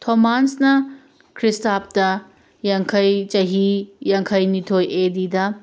ꯊꯣꯃꯥꯁꯅ ꯈ꯭ꯔꯤꯁꯇꯞꯇ ꯌꯥꯡꯈꯩ ꯆꯍꯤ ꯌꯥꯡꯈꯩꯅꯤꯊꯣꯏ ꯑꯦ ꯗꯤꯗ